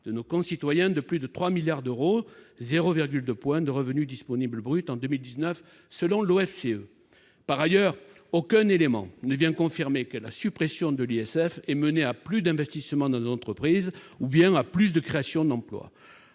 de nos concitoyens de plus de 3 milliards d'euros, soit 0,2 point de revenu disponible brut. Par ailleurs, aucun élément ne vient confirmer que la suppression de l'ISF ait mené à plus d'investissement dans nos entreprises ou encore à plus de créations d'emplois.